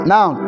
Now